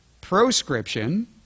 proscription